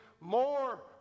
more